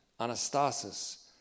anastasis